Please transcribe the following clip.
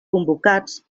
convocats